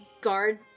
guard